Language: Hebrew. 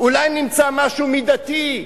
אולי נמצא משהו מידתי,